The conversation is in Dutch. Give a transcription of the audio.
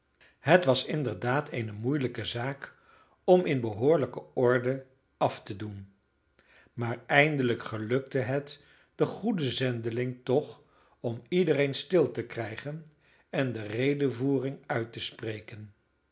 het was inderdaad eene moeilijke zaak om in behoorlijke orde af te doen maar eindelijk gelukte het den goeden zendeling toch om iedereen stil te krijgen en de redevoering uit te spreken